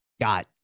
got